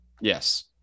Yes